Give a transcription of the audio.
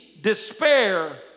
despair